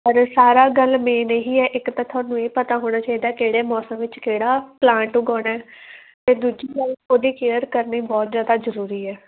ਪਰ ਸਾਰਾ ਗੱਲ ਮੇਨ ਇਹੀ ਹੈ ਇੱਕ ਤਾਂ ਤੁਹਾਨੂੰ ਇਹ ਪਤਾ ਹੋਣਾ ਚਾਹੀਦਾ ਕਿਹੜੇ ਮੌਸਮ ਵਿੱਚ ਕਿਹੜਾ ਪਲਾਂਟ ਉਗਾਉਣਾ ਅਤੇ ਦੂਜੀ ਗੱਲ ਉਹਦੀ ਕੇਅਰ ਕਰਨੀ ਬਹੁਤ ਜ਼ਿਆਦਾ ਜ਼ਰੂਰੀ ਹੈ